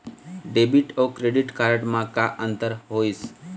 Debit अऊ credit card म का अंतर होइस?